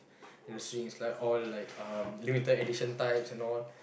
the string is like all like uh limited edition types and all